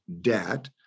debt